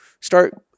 start